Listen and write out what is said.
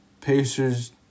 Pacers